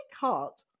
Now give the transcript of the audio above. heart